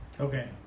Okay